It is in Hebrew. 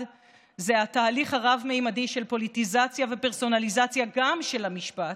זה התהליך הרב-ממדי של פוליטיזציה ופרסונליזציה גם של המשפט,